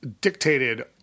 dictated